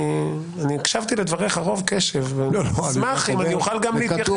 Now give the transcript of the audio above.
אני הקשבתי לדבריך רוב קשב ואני אשמח אם אני אוכל גם להתייחס.